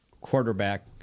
quarterback